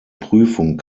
prüfung